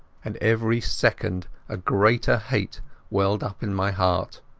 and every second a greater hate welled up in my heart.